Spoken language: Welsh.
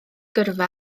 gyrfa